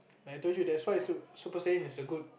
like I told you that's why it's so good super saying there's a good